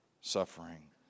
suffering